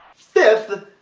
fifth,